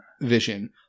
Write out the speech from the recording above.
Vision